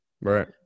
Right